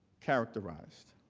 characterized.